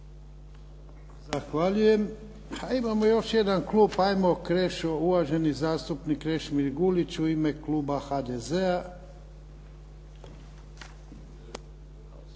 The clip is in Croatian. Zahvaljujem. Pa imamo još jedan klub. Hajmo Krešo, uvaženi zastupnik Krešimir Gulić u ime kluba HDZ-a.